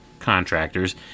Contractors